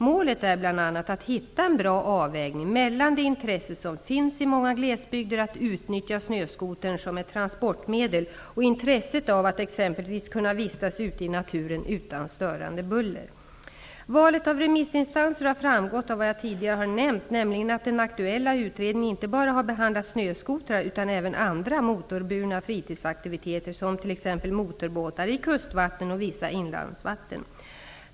Målet är bl.a. att hitta en bra avvägning mellan det intresse som finns i många glesbygder att utnyttja snöskotern som ett transportmedel och intresset av att exempelvis kunna vistas ute i naturen utan störande buller. Valet av remissinstanser har framgått av vad jag tidigare har nämnt, nämligen att den aktuella utredningen inte bara har behandlat snöskotrar utan även andra motorburna fritidsaktiviteter såsom t.ex. motorbåtar i kustvatten och vissa inlandsvatten.